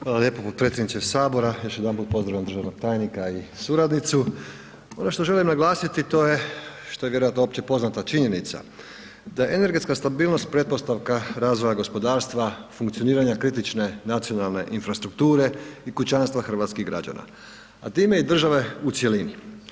Hvala lijepo potpredsjedniče sabora, još jedanput pozdravljam državnog tajnika i suradnicu, ono što želim naglasiti to je što je vjerojatno poznata činjenica da je energetska stabilnost pretpostavka razvoja gospodarstva, funkcioniranja kritične nacionalne infrastrukture i kućanstva hrvatskih građana, a time i države u cjelini.